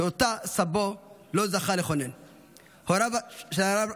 סבו של נריה,